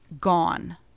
gone